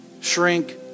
shrink